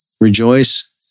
Rejoice